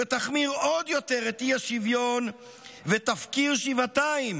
שתחמיר עוד יותר את האי-שוויון ותפקיר שבעתיים